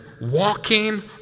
walking